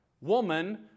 woman